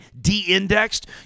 de-indexed